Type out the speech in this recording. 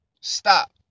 stop